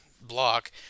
block